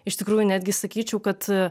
iš tikrųjų netgi sakyčiau kad